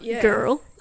girl